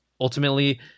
ultimately